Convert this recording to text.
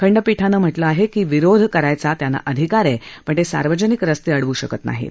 खंडपीठानं म्हटलं आहे की विरोध करायचा त्यांना अधिकार आहे पण ते सार्वजनिक रस्ते अडवू शकत नाहीत